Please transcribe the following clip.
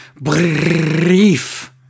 brief